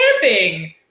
camping